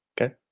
Okay